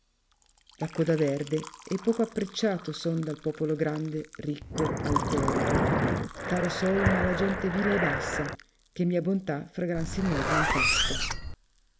coda verde e poco apprecciato son dal popolo grande ricco altero caro sol m ha la gente vile e bassa che mia bontà fra gran signor non passa